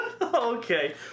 Okay